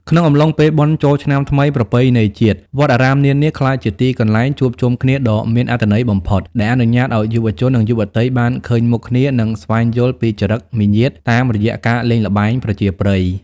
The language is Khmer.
ក្នុងអំឡុងពេលបុណ្យចូលឆ្នាំថ្មីប្រពៃណីជាតិ វត្តអារាមនានាក្លាយជាទីកន្លែងជួបជុំគ្នាដ៏មានអត្ថន័យបំផុត ដែលអនុញ្ញាតឱ្យយុវជន និងយុវតីបានឃើញមុខគ្នា និងស្វែងយល់ពីចរិតមាយាទតាមរយៈការលេងល្បែងប្រជាប្រិយ។